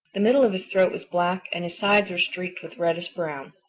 the middle of his throat was black and his sides were streaked with reddish-brown.